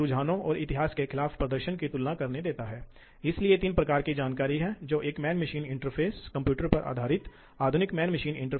तो उदाहरण के लिए गियर में बैकलैश हो सकता है या यहां तक कि शाफ्ट एंगल एनकोडर में भी बैकलैश हो सकता है